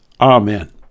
Amen